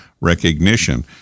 recognition